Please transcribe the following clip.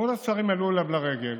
וכל השרים עלו אליו לרגל,